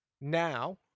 Now